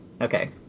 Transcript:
okay